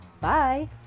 Bye